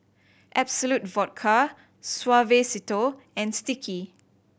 Absolut Vodka Suavecito and Sticky